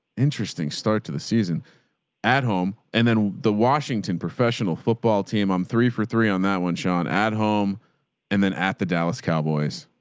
interesting. start to the season at home. and then the washington professional football team. i'm three for three on that one, sean at home and then at the dallas cowboys.